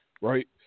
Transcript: Right